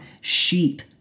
sheep